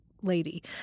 lady